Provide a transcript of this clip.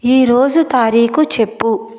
ఈరోజు తారీఖు చెప్పు